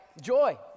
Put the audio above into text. joy